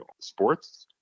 sports